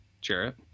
Jarrett